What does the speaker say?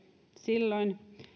silloin